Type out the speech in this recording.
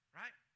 right